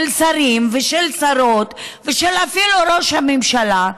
של שרים ושל שרות ואפילו של ראש הממשלה,